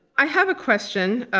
i have a question,